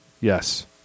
Yes